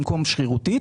במקום שרירותית,